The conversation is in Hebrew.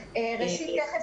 תיכף